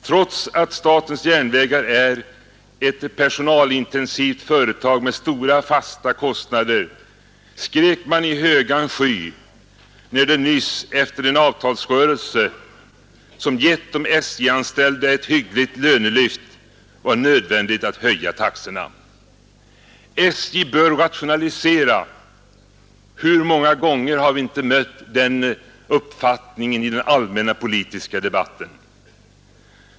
Trots att statens järnvägar är ett personalintensivt företag med stora fasta kostnader, skrek man i högan sky, när det nyss efter en avtalsrörelse, som gett de SJ-anställda ett hyggligt lönelyft, var nödvändigt att höja taxorna. SJ bör rationalisera — hur många gånger har vi inte mött den uppfattningen i den allmänna politiska debatten?